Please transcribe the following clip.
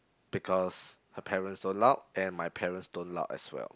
because her parents don't allow and my parents don't allow as well